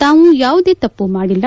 ತಾವು ಯಾವುದೇ ತಪ್ಪು ಮಾಡಿಲ್ಲ